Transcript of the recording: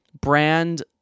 brand